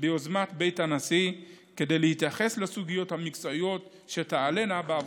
שביוזמת בית הנשיא כדי להתייחס לסוגיות המקצועיות שתעלינה בעבודתו.